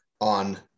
on